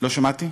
לא שמעתי.